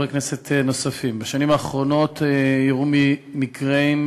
יציג את הצעת החוק חבר הכנסת דוד צור במקומה של